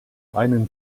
einen